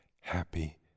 happy